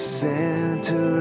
center